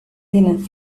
tienen